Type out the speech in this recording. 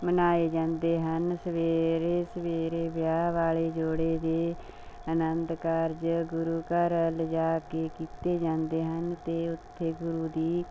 ਮਨਾਏ ਜਾਂਦੇ ਹਨ ਸਵੇਰੇ ਸਵੇਰੇ ਵਿਆਹ ਵਾਲੇ ਜੋੜੇ ਦੇ ਅਨੰਦ ਕਾਰਜ ਗੁਰੂ ਘਰ ਲਿਜਾ ਕੇ ਕੀਤੇ ਜਾਂਦੇ ਹਨ ਅਤੇ ਉੱਥੇ ਗੁਰੂ ਦੀ